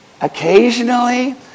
Occasionally